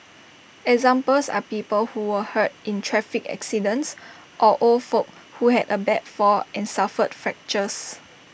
examples are people who were hurt in traffic accidents or old folk who had A bad fall and suffered fractures